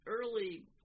early